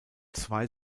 zwei